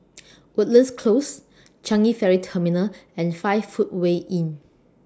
Woodlands Close Changi Ferry Terminal and five Footway Inn